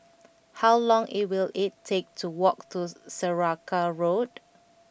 how long it will it take to walk to Saraca Road